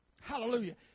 Hallelujah